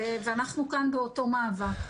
ואנחנו כאן באותו מאבק.